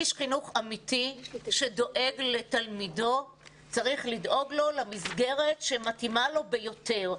איש חינוך אמיתי שדואג לתלמידו צריך לדאוג לו למסגרת שמתאימה לו ביותר.